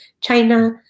China